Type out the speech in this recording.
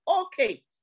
Okay